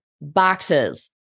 boxes